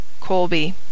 Colby